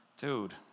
dude